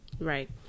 right